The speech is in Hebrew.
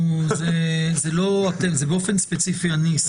זה לא אתם, זה באופן ספציפי אני.